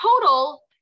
total